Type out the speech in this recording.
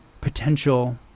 potential